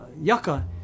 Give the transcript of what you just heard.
yucca